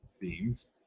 themes